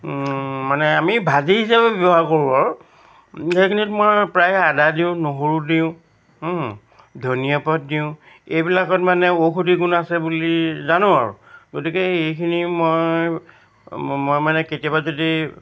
মানে আমি ভাজি হিচাপে ব্যৱহাৰ কৰোঁ আৰু সেইখিনিত মই প্ৰায়ে আদা দিওঁ নহৰু দিওঁ ধনীয়া পাত দিওঁ এইবিলাকত মানে ঔষধি গুণ আছে বুলি জানোঁ আৰু গতিকে এইখিনি মই মই মানে কেতিয়াবা যদি